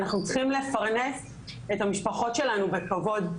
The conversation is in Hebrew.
אנחנו צריכים לפרנס את המשפחות שלנו בכבוד.